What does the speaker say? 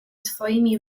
twoimi